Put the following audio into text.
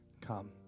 come